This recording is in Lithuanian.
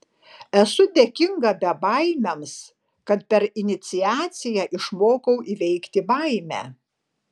esu dėkinga bebaimiams kad per iniciaciją išmokau įveikti baimę